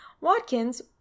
Watkins